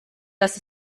dass